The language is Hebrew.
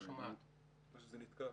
או שנתקע